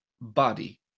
body